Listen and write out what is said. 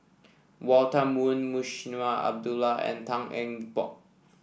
Walter Woon Munshi Abdullah and Tan Eng Bock